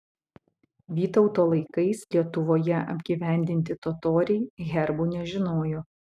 vytauto laikais lietuvoje apgyvendinti totoriai herbų nežinojo